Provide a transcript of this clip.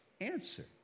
answer